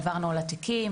עברנו על התיקים,